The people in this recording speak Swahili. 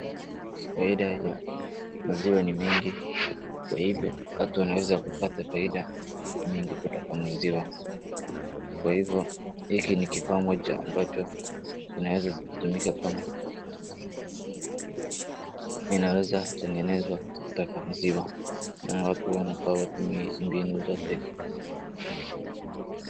Aina ya maziwa ni mingi kwa hivyo watu wanaweza kupata faida nyingi kutoka maziwa, kwa hivyo hiki ni kifaa moja ambacho kinawezatumika kama, inaweza kutengenezwa kutoka maziwa, na watu wanafaa watumie mbinu zote.